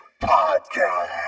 Podcast